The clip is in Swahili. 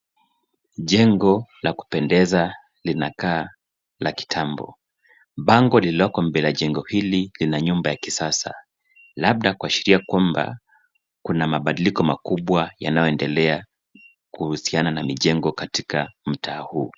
Jengo la kupendea linakaa la kitambo. Bango liloko mbele ya jengo hili ni la nyumba ya kisasa, labda kuashiria kwamba kuna mabadiliko makubwa yanayoendelea kuhusiana na mijengo katika mitaa huu.